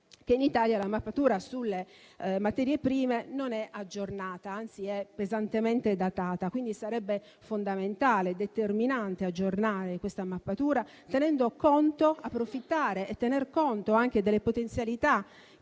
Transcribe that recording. che in Italia la mappatura sulle materie prime non è aggiornata, anzi è pesantemente datata. Quindi, sarebbe fondamentale e determinante aggiornare questa mappatura, tenendo conto e approfittando anche delle potenzialità